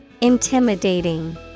intimidating